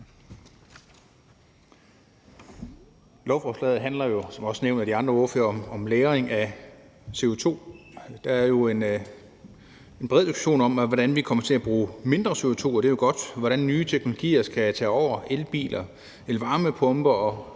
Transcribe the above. Lovforslaget handler jo, som det også er nævnt af de andre ordførere, om lagring af CO2. Der er jo en bred diskussion om, hvordan vi kommer til at udlede mindre CO2 – og det er jo godt – og om, hvordan nye teknologier skal tage over, f.eks. elbiler, elvarmepumper og